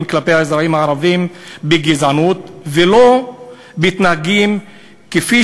כלפי האזרחים הערבים בגזענות ולא מתנהגים כפי